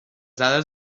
dades